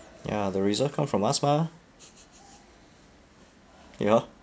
ya the reserves come from us mah you know